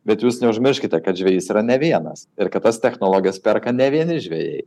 bet jūs neužmirškite kad žvejys yra ne vienas ir kad tas technologijas perka ne vieni žvejai